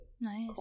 Nice